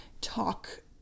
talk